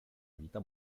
vita